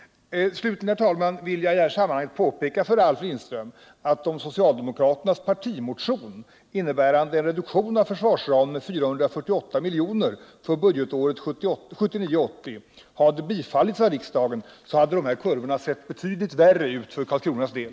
Slutligen, herr talman, vill jag i detta sammanhang påpeka för Ralf Lindström, att om socialdemokraternas partimotion, innebärande en reduktion av försvarsramen med 448 milj.kr. för budgetåret 1979/80, hade bifallits av riksdagen hade de här kurvorna sett betydligt värre ut för Karlskronas del.